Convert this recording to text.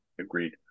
Agreed